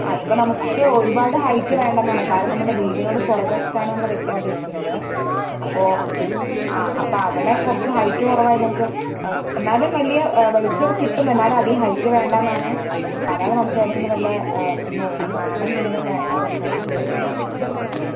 അത് ഇപ്പം നമുക്ക് ഒരുപാട് ഹൈറ്റ് വേണ്ടെന്ന് ആണ് കാര്യം നമ്മുടെ വീടിനോട് പുറക് വശത്ത് ആണ് നമ്മൾ വെയ്ക്കാൻ ഉദ്ദേശിക്കണത് അപ്പോൾ ആ അപ്പം അവിടെ കുറച്ച് ഹൈറ്റ് കുറവ് ആയതുകൊണ്ട് എന്നാലും വലിയ വെളിച്ചം ഒക്കെ കിട്ടും എന്നാലും അധികം ഹൈറ്റ് വേണ്ടായെന്ന് ആണ് സാധാരണ നമുക്ക് ഏതെങ്കിലും വല്ല നോക്കാം നാടൻ എന്തെങ്കിലും വേണ്ടാ പറഞ്ഞിട്ട് ആണ് നോക്കുന്നത്